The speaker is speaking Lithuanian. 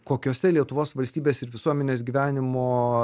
kokiose lietuvos valstybės ir visuomenės gyvenimo